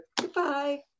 Goodbye